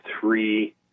three